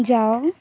ଯାଅ